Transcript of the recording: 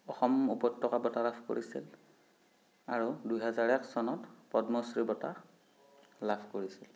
অসম উপত্যকা বঁটা লাভ কৰিছিল আৰু দুহেজাৰ এক চনত পদ্মশ্ৰী বঁটা লাভ কৰিছিল